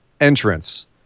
entrance